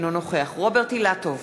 אינו נוכח רוברט אילטוב,